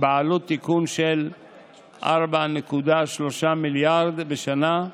בעלות תיקון של 4.3 מיליארד שקלים בשנה,